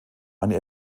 eine